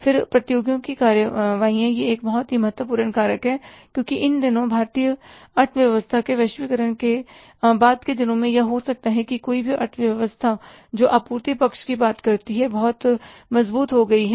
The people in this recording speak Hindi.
फिर प्रतियोगियों की कार्रवाइयाँ यह एक बहुत ही महत्वपूर्ण कारक है क्योंकि इन दिनों भारतीय अर्थव्यवस्था के वैश्वीकरण के बाद के दिनों में या हो सकता है कि कोई भी अर्थव्यवस्था जो आपूर्ति पक्ष की बात करती है बहुत मजबूत हो गई है